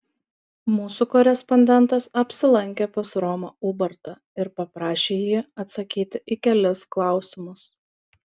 mūsų korespondentas apsilankė pas romą ubartą ir paprašė jį atsakyti į kelis klausimus